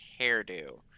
hairdo